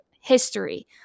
history